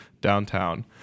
downtown